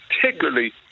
particularly